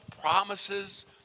promises